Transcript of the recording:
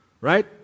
Right